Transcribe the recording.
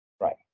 Right